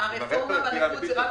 --- הרפורמה בנכות היא רק